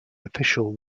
official